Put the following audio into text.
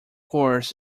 course